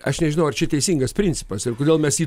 aš nežinau ar čia teisingas principas ir kodėl mes jį